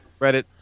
Reddit